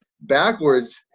backwards